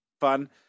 fun